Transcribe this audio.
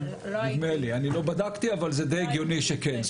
אני לא בדקתי אבל זה די הגיוני שכן.